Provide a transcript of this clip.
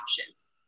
options